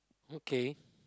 okay